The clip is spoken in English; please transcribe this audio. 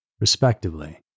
respectively